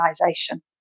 organization